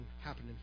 happening